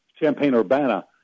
Champaign-Urbana